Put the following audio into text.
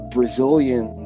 Brazilian